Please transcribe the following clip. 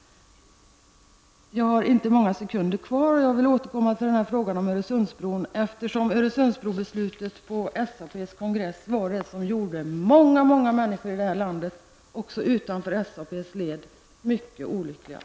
Jag vill återkomma till frågan om Öresundsbron senare, eftersom beslutet på SAPs kongress angående Öresundsbron gjorde många människor i det här landet -- också utanför SAPs led -- mycket olyckliga.